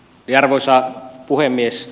arvoisa puhemies